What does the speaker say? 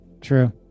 true